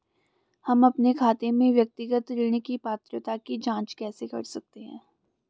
हम अपने खाते में व्यक्तिगत ऋण की पात्रता की जांच कैसे कर सकते हैं?